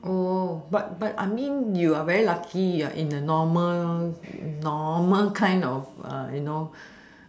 oh but but I mean you are very lucky you are in the normal normal kind of you know